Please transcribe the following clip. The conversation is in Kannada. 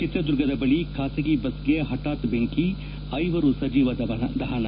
ಚಿತ್ರದುರ್ಗದ ಬಳಿ ಖಾಸಗಿ ಬಸ್ಗೆ ಹಠಾತ್ ಬೆಂಕಿ ಐವರು ಸಜೀವ ದಹನ